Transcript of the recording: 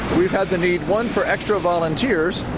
we've had the need one for extra volunteers,